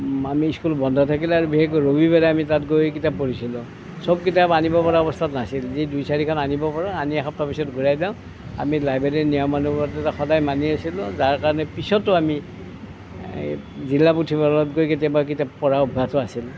আমি স্কুল বন্ধ থাকিলে আৰু বিশেষকৈ ৰবিবাৰে আমি তাত গৈ কিতাপ পঢ়িছিলোঁ চব কিতাপ আনিব পৰা অৱস্থাত নাছিল যি দুই চাৰিখন আনিব পাৰোঁ আনি এসপ্তাহ পাছত ঘুৰাই দিওঁ আমি লাইব্ৰেৰীৰ নিয়মানুবৰ্তিতা সদায় মানি আছিলোঁ যাৰ কাৰণে পিছতো আমি এই জিলা পুথিভঁৰালত গৈ কেতিয়াবা কিতাপ পঢ়াৰ অভ্যাসটো আছিল